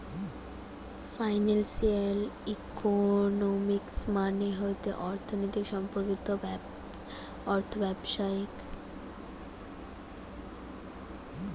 financial economics মানে হতিছে অর্থনীতি সম্পর্কিত অর্থব্যবস্থাবিষয়ক